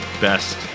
best